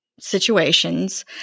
situations